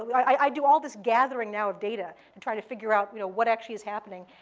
i do all this gathering now of data and try to figure out you know what actually is happening.